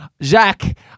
Jack